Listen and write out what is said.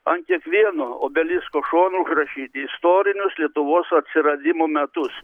ant kiekvieno obelisko šono užrašyti istorinius lietuvos atsiradimo metus